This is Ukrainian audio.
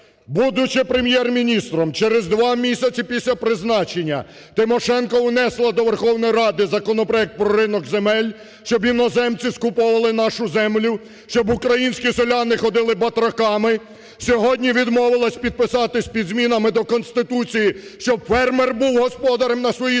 Будучи Прем'єр-міністром, через два місяці після призначення Тимошенко внесла до Верховної Ради законопроект про ринок земель, щоб іноземці скуповували нашу землю, щоб українські селяни ходили батраками, сьогодні відмовилась підписатись від змінами до Конституції, щоб фермер був господарем на своїй землі,